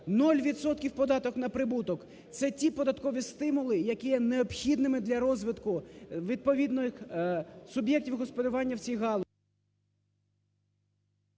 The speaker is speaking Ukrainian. податок на прибуток – це ті податкові стимули, які є необхідним для розвитку відповідних суб’єктів господарювання в цій галузі.